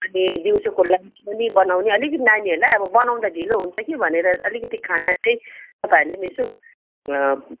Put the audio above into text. अनि दिउँसोको लन्च पनि बनाउने अलिकति नानीहरूलाई अब बनाउँदा ढिलो हुन्छ कि भनेर अलिकति खाना चाहिँ तपाईँहरूले पनि यसो